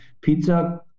pizza